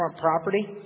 property